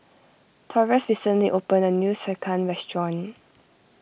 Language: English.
Taurus recently opened a new Sekihan restaurant